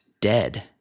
dead